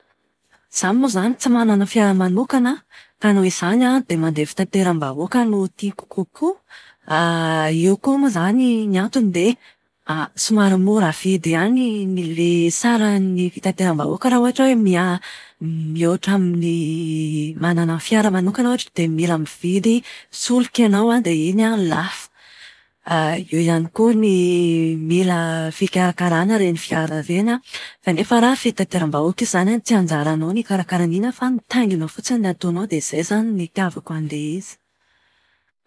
Zany moa zany tsy manana fiara manokana ka noho izany dia mandeha fitateram-bahoaka no tiako kokoa. io koa moa izany ny antony dia somary mora vidy ihany ilay saran'ny fitateram-bahoaka raha ohatra hoe mia- mihoatra amin'ny manana fiara manokana ohatra dia mila mividy solika ianao dia iny an, lafo. Eo ihany koa ny mila fikarakarana ireny fiara ireny, kanefa raha fitanteram-bahoaka izy izany an, tsy anjaranao ny hikarakara an'iny an fa mitaingina fotsiny ny ataonao. Dia izay izany ny itiavako an'ilay izy.